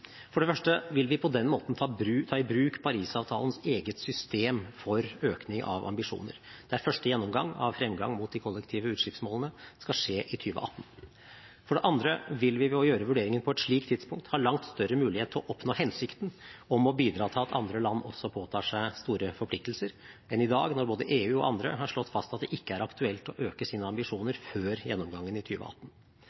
For det første vil vi på den måten ta i bruk Paris-avtalens eget system for økning av ambisjoner, der første gjennomgang av fremgang mot de kollektive utslippsmålene skal skje i 2018. For det andre vil vi ved å gjøre vurderingen på et slikt tidspunkt ha langt større mulighet til å oppnå hensikten om å bidra til at andre land også påtar seg store forpliktelser, enn i dag når både EU og andre har slått fast at det ikke er aktuelt å øke sine ambisjoner